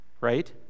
right